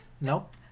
nope